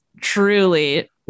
truly